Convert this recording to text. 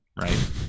Right